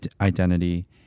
identity